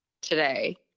today